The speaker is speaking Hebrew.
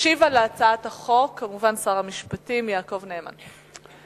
ישיב על הצעת החוק, כמובן, שר המשפטים יעקב נאמן.